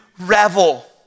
Revel